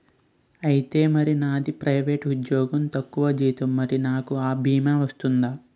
ఐతే మరి నాది ప్రైవేట్ ఉద్యోగం తక్కువ జీతం మరి నాకు అ భీమా వర్తిస్తుందా?